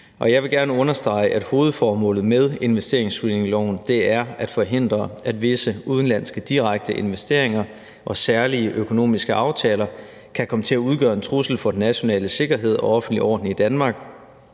jeg vil gerne understrege, at hovedformålet med investeringsscreeningsloven er at forhindre, at visse udenlandske direkte investeringer og særlige økonomiske aftaler kan komme til at udgøre en trussel for den nationale sikkerhed og offentlige orden i Danmark,